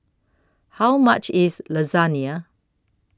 How much IS Lasagna